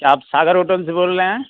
क्या आप सागर होटल से बोल रहे हैं